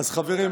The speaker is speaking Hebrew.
חברים,